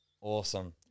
awesome